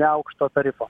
neaukšto tarifo